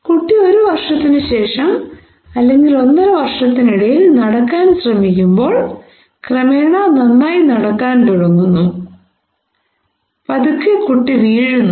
കുട്ടി ഒരു വർഷത്തിനുശേഷം അല്ലെങ്കിൽ ഒന്നര വർഷത്തിനിടയിൽ നടക്കാൻ ശ്രമിക്കുമ്പോൾ ക്രമേണ നന്നായി നടക്കാൻ തുടങ്ങുന്നു പതുക്കെ കുട്ടി വീഴുന്നു